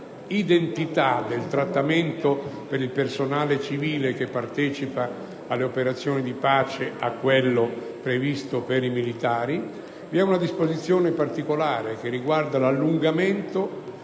del trattamento per il personale civile che partecipa alle operazioni di pace a quello previsto per i militari; vi è una disposizione particolare sull'allungamento